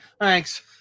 Thanks